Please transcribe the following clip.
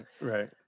Right